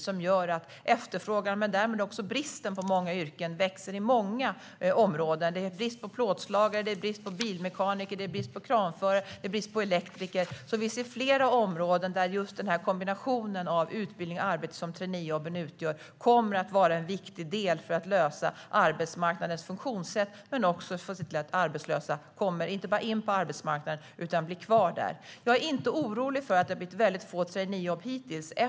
Den gör att efterfrågan och därmed också bristen inom många yrken växer på många områden. Det är brist på plåtslagare, bilmekaniker, kranförare och elektriker. Vi ser flera områden där kombinationen av utbildning och arbete som traineejobben utgör kommer att vara en viktig del för att lösa arbetsmarknadens funktionssätt. Det handlar om att se till att arbetslösa inte bara kommer in på arbetsmarknaden utan blir kvar där. Jag är inte orolig för att det har blivit väldigt få traineejobb hittills.